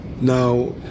Now